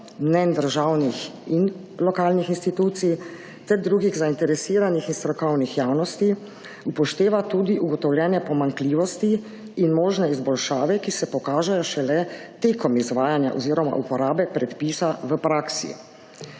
mnenj državnih in lokalnih institucij ter drugih zainteresiranih in strokovnih javnosti, upošteva tudi ugotovljene pomanjkljivosti in možne izboljšave, ki se pokažejo šele tekom izvajanja oziroma uporabe predpisa v praksi.